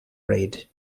raid